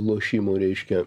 lošimų reiškia